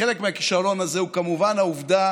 חלק מהכישלון הזה הוא כמובן העובדה